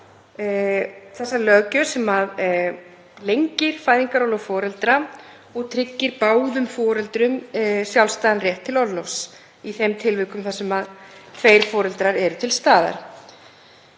þessa löggjöf sem lengir fæðingarorlof foreldra og tryggir báðum foreldrum sjálfstæðan rétt til orlofs í þeim tilvikum þar sem tveir foreldrar eru til staðar.